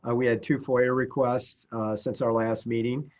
ah we had two for air requests since our last meeting.